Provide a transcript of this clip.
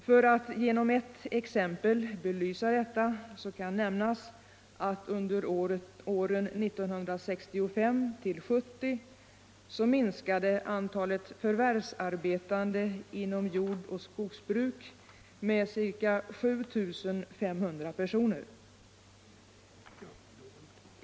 För att genom ett exexempel belysa detta kan nämnas att under åren 1965-1970 minskade antalet förvärvsarbetande inom jord och skogsbruk med ca 7 500.